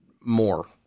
more